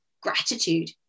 Gratitude